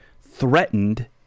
threatened